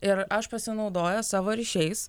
ir aš pasinaudojęs savo ryšiais